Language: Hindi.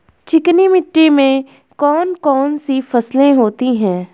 चिकनी मिट्टी में कौन कौन सी फसलें होती हैं?